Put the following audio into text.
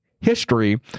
history